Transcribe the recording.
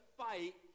fight